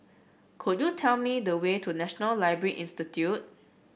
could you tell me the way to National Library Institute